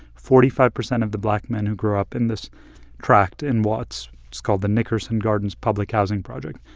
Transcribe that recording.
forty five percent of the black men who grew up in this tract in watts it's called the nickerson gardens public housing project.